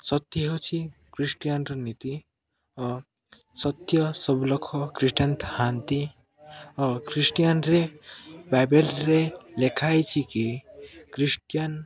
ସତ୍ୟ ହେଉଛି ଖ୍ରୀଷ୍ଟିୟାନ୍ର ନୀତି ଓ ସତ୍ୟ ସବୁ ଲୋକ ଖ୍ରୀଷ୍ଟିୟାନ୍ ଥାଆନ୍ତି ଓ ଖ୍ରୀଷ୍ଟିୟାନ୍ରେ ବାଇବେଲ୍ରେ ଲେଖା ହେଇଛି କିି ଖ୍ରୀଷ୍ଟିୟାନ୍